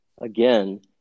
Again